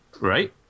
Right